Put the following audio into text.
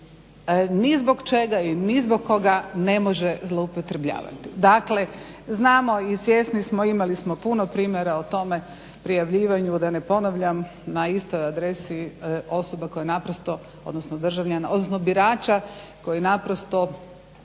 ni zbog čega ni zbog koga ne može zloupotrebljavati. Dakle, znamo i svjesni smo, imali smo puno primjera o tome, prijavljivanju da ne ponavljam na istoj adresi osoba koje naprosto, državljanin, odnosno birača koji naprosto